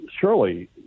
Surely